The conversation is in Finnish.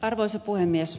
arvoisa puhemies